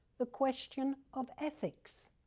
a question of ethics.